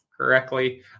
correctly